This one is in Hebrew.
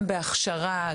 גם בהכשרה,